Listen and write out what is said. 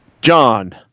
John